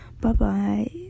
bye-bye